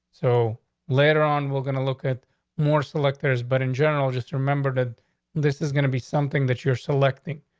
so later on, we're gonna look at more selectors. but in general, just remember that this is gonna be something that you're selecting.